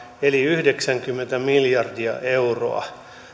eli yhdeksänkymmentä miljardia euroa